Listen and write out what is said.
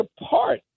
apart